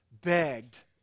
begged